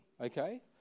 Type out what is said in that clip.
Okay